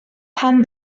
pan